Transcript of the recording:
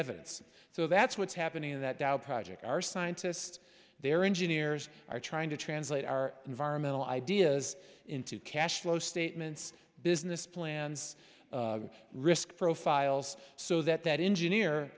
evidence so that's what's happening in that dow project our scientists their engineers are trying to translate our environmental ideas into cash flow statements business plans risk profiles so that that engineer